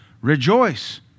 Rejoice